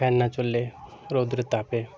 fan না চললে রৌদ্যের তাপে